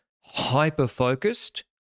hyper-focused